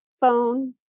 phone